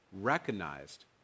recognized